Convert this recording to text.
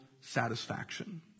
satisfaction